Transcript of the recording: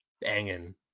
banging